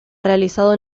realizado